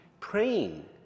praying